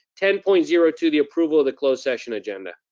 ten point zero two, the approval of the closed session agenda.